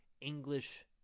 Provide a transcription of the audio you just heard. english